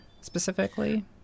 specifically